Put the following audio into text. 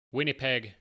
Winnipeg